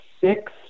six